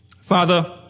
Father